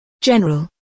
General